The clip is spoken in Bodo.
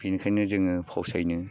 बेनिखायनो जोङो फावसायनो